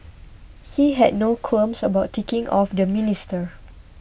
he had no qualms about ticking off the minister